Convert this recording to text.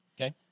Okay